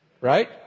Right